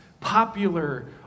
popular